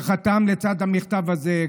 שחתם לצידו על המכתב הזה,